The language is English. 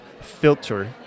filter